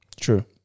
True